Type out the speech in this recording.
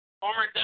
Former